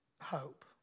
hope